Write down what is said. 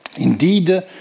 indeed